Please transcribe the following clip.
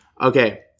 Okay